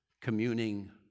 communing